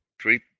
three